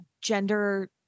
gender